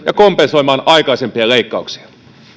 ja kompensoimaan aikaisempia leikkauksia